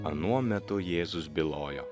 anuo metu jėzus bylojo